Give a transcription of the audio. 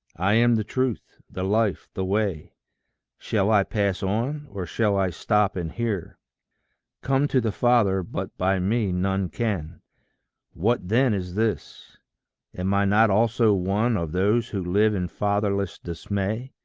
i am the truth, the life, the way shall i pass on, or shall i stop and hear come to the father but by me none can what then is this am i not also one of those who live in fatherless dismay?